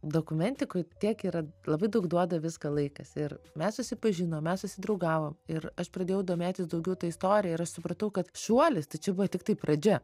dokumentikoj tiek yra labai daug duoda viską laikas ir mes susipažinom mes susidraugavom ir aš pradėjau domėtis daugiau ta istorija ir supratau kad šuolis tai čia buvo tiktai pradžia